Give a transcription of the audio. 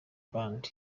band